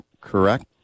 correct